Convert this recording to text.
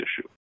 issue